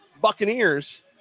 Buccaneers